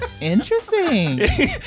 interesting